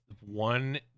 one